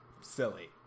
silly